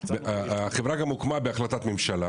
החברה גם הוקמה בהחלטת ממשלה